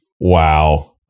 wow